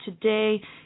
today